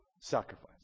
sacrifice